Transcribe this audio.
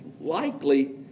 likely